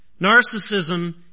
Narcissism